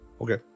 Okay